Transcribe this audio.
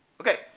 Okay